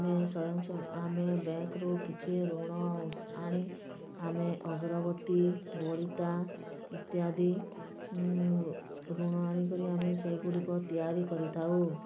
ଆମେ ଆମେ ବ୍ୟାଙ୍କରୁ କିଛି ଋଣ ଆଣି ଆମେ ଅଗରବତୀ ବଳିତା ଇତ୍ୟାଦି ଋଣ ଆଣିକରି ଆମେ ସେଗୁଡ଼ିକ ତିଆରି କରିଥାଉ